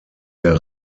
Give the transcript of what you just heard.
der